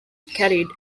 carried